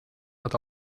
hat